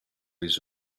his